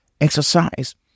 Exercise